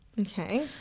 Okay